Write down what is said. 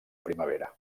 primavera